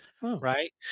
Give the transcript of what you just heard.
right